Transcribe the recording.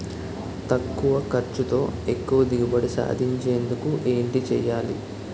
తక్కువ ఖర్చుతో ఎక్కువ దిగుబడి సాధించేందుకు ఏంటి చేయాలి?